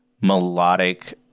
melodic